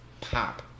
pop